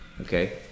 Okay